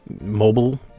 mobile